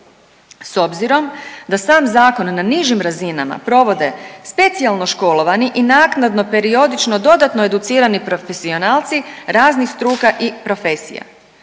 s obzirom da sam zakon na nižim razinama provode specijalno školovani i naknadno periodično dodatno educirani profesionalci raznih struka i profesija.